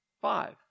five